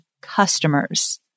customers